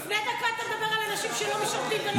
לפני דקה דיברת על אנשים שלא משרתים ולא עובדים,